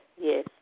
yes